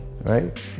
right